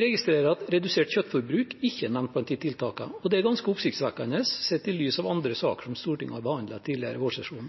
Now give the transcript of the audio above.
registrerer at redusert kjøttforbruk ikke er nevnt i de tiltakene, og det er ganske oppsiktsvekkende sett i lys av andre saker som Stortinget har behandlet tidligere i vårsesjonen.